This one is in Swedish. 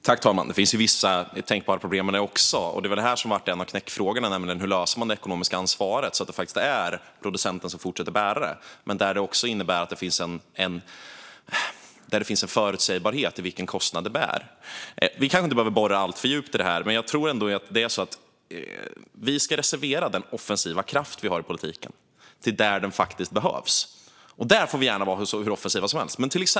Fru talman! Det finns tänkbara problem med det också, och en av knäckfrågorna har just varit hur man löser det ekonomiska ansvaret så att det är producenten som fortsätter att bära detta ansvar men som också innebär att det finns en förutsägbarhet när det gäller kostnaden. Vi kanske inte behöver borra alltför djupt i det här, men jag tror ändå att vi ska reservera politikens offensiva kraft för där den faktiskt behövs. Där får den gärna vara hur offensiv som helst.